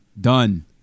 done